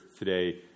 today